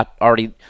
already